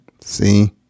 See